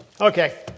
Okay